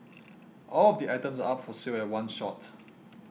all of the items are up for sale at one shot